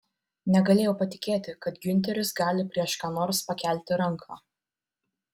negalėjau patikėti kad giunteris gali prieš ką nors pakelti ranką